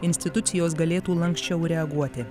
institucijos galėtų lanksčiau reaguoti